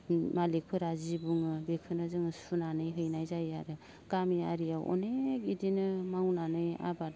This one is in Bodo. मालिखफोरा जि बुङो बेखोनो जोङो सुनानै हैनाय जायो आरो गामियारियाव अनेख इदिनो मावनानै आबाद